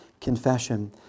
confession